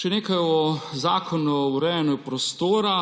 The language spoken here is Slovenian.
Še nekaj o zakonu o urejanju prostora.